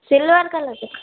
silver colour जो